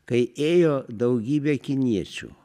kai ėjo daugybė kiniečių